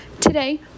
Today